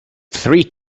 three